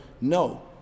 no